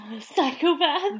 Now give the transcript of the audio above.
psychopath